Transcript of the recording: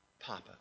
Papa